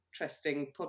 interesting